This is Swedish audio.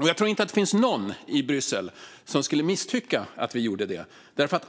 Jag tror inte att det finns någon i Bryssel som skulle misstycka om Sverige gjorde det.